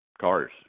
cars